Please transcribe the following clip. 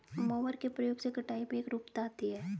mower के प्रयोग से कटाई में एकरूपता आती है